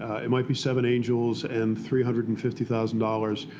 it might be seven angels and three hundred and fifty thousand dollars,